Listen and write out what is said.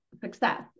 success